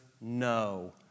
no